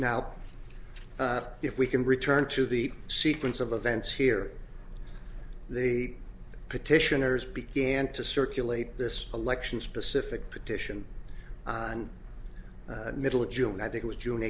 now if we can return to the sequence of events here the petitioners began to circulate this election specific petition on middle of june i think it was june